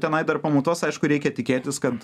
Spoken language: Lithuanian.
tenai dar pamutuos aišku reikia tikėtis kad